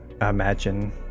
imagine